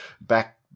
back